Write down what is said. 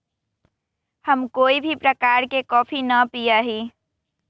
हम कोई भी प्रकार के कॉफी ना पीया ही